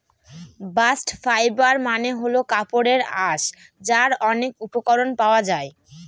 bast fibre মানে হল কাপড়ের আঁশ যার অনেক উপকরণ পাওয়া যায়